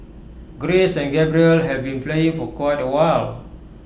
grace and Gabriel have been playing for quite awhile